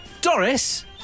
Doris